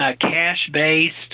cash-based